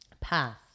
path